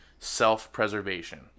self-preservation